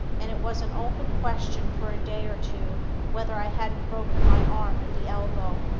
and it was an open question for a day or two whether i hadn't broken my arm at the elbow.